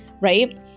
right